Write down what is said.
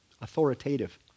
authoritative